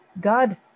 God